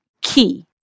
key